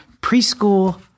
preschool